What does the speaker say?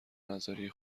نذاری